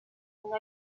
and